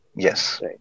Yes